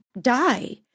die